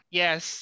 yes